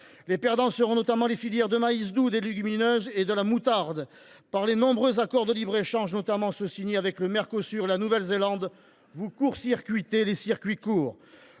Les perdants seront notamment les filières du maïs doux, des légumineuses et de la moutarde. Par les nombreux accords de libre échange, notamment les accords signés avec le Mercosur et la Nouvelle Zélande, vous court circuitez les circuits courts,